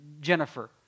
Jennifer